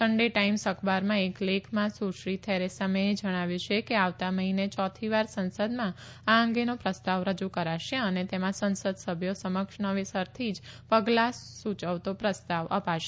Sunday Times અખબારમાં એક લેખમાં સુશ્રી થેરેસા મે એ જણાવ્યું છે કે આવતા મહિને ચોથીવાર સંસદમાં આ અંગેનો પ્રસ્તાવ રજૂ કરાશે અને તેમાં સંસદ સભ્યો સમક્ષ નવેસરથી જ પગલાં સૂચવતો પ્રસ્તાવ અપાશે